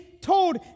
told